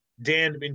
Dan